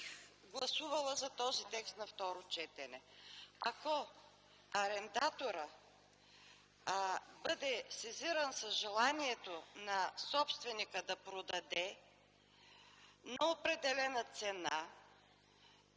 гласувала за този текст на второ четене. Ако арендаторът бъде сезиран с желанието на собственика да продаде на определена цена,